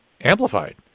amplified